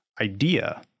idea